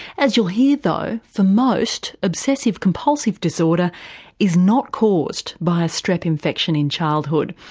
as you'll hear though, for most, obsessive compulsive disorder is not caused by a strep infection in childhood.